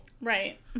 Right